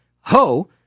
Ho